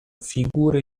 figure